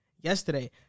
yesterday